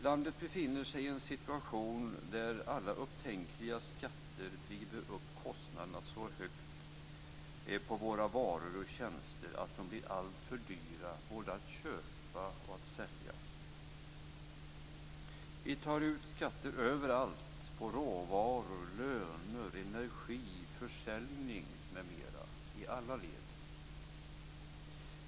Landet befinner sig i en situation där alla upptänkliga skatter driver upp kostnaderna så högt på våra varor och tjänster att de blir alltför dyra både att köpa och att sälja. Vi tar ut skatter överallt på råvaror, löner, energi, försäljning m.m. i alla led.